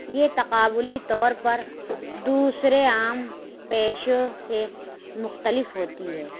یہ تقابلی طور پر دوسرے عام پیشوں سے مختلف ہوتی ہے